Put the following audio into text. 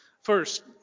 First